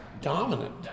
dominant